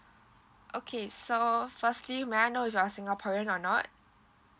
okay so firstly may I know if you're singaporean or not